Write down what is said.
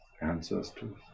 Ancestors